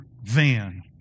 van